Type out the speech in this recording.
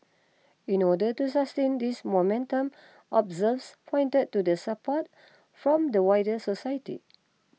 in order to sustain this momentum observers pointed to the support from the wider society